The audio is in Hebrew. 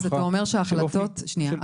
שנייה,